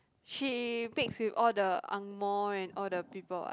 she mix with all the ang mor and all the people what